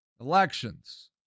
elections